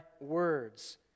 words